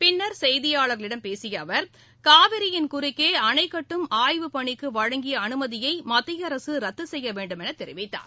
பின்னர் செய்தியாளர்களிடம் பேசிய அவர் காவிரியின் குறுக்கே அணை கட்டும் ஆய்வுப் பணிக்கு வழங்கிய அனுமதியை மத்திய அரசு ரத்து செய்ய வேண்டும் என தெரிவித்தார்